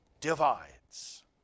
divides